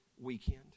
weekend